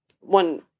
one